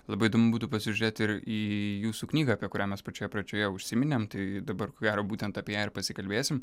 labai įdomu būtų pasižiūrėti ir į jūsų knygą apie kurią mes pačioje pradžioje užsiminėm tai dabar ko gero būtent apie ją ir pasikalbėsim